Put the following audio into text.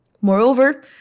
Moreover